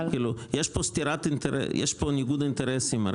יש פה ניגוד אינטרסים.